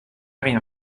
rien